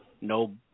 no